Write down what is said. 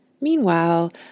Meanwhile